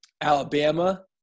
Alabama